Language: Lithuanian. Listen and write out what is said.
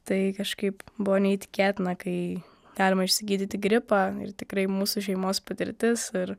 tai kažkaip buvo neįtikėtina kai galima išsigydyti gripą ir tikrai mūsų šeimos patirtis ir